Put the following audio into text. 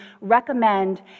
recommend